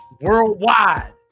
worldwide